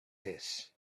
this